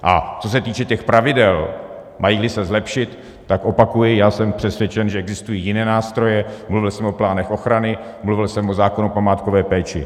A co se týče těch pravidel, majíli se zlepšit, tak opakuji, já jsem přesvědčen, že existují jiné nástroje, mluvil jsem o plánech ochrany, mluvil jsem o zákonu o památkové péči.